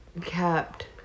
kept